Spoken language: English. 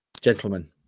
Gentlemen